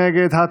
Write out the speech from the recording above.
מי נגד?